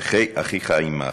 'וחי אחיך עמך'.